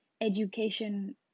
education